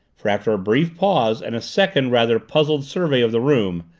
for after a brief pause and a second rather puzzled survey of the room,